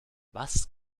was